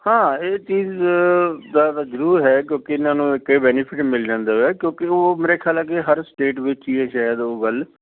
ਹਾਂ ਇਹ ਚੀਜ਼ ਦਾ ਤਾਂ ਜ਼ਰੂਰ ਹੈ ਕਿਉਂਕਿ ਇਹਨਾਂ ਨੂੰ ਇੱਕ ਇਹ ਬੈਨੀਫਿਟ ਮਿਲ ਜਾਂਦਾ ਹੈ ਕਿਉਂਕਿ ਉਹ ਮੇਰੇ ਖਿਆਲ ਹੈ ਕਿ ਹਰ ਸਟੇਟ ਵਿੱਚ ਹੀ ਹੈ ਸ਼ਾਇਦ ਉਹ ਗੱਲ